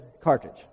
cartridge